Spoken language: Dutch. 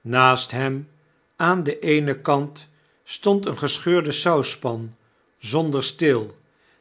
naast hem aan den eenen kant stond eene gescheurde sauspan zonder steel